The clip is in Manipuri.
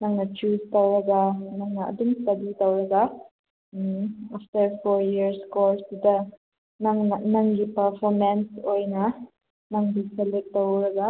ꯅꯪꯅ ꯆꯨꯁ ꯇꯧꯔꯒ ꯅꯪꯅ ꯑꯗꯨꯝ ꯏꯁꯇꯗꯤ ꯇꯧꯔꯒ ꯑꯞꯇꯔ ꯐꯣꯔ ꯏꯌꯔꯁ ꯀꯣꯔꯁꯇꯨꯗ ꯅꯪꯅ ꯅꯪꯒꯤ ꯄꯔꯐꯣꯔꯃꯦꯟꯁ ꯑꯣꯏꯅ ꯅꯪꯕꯨ ꯁꯦꯂꯦꯛ ꯇꯧꯔꯒ